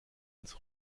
als